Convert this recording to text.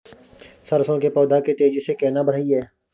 सरसो के पौधा के तेजी से केना बढईये?